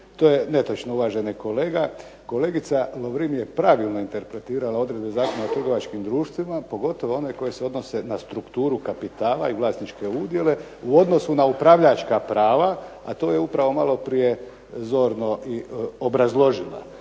To je netočno uvaženi kolega. Kolegica Lovrin je pravilno interpretirala odredbe Zakona o trgovačkim društvima, a pogotovo one koje se odnose na strukturu kapitala i vlasničke udjele u odnosu na upravljačka prava, a to je upravo malo prije zorno i obrazložila.